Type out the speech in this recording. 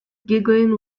giggling